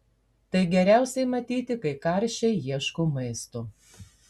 tai geriausiai matyti kai karšiai ieško maisto